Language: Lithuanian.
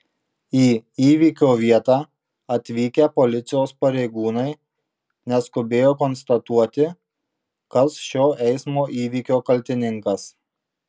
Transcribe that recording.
į įvykio vietą atvykę policijos pareigūnai neskubėjo konstatuoti kas šio eismo įvykio kaltininkas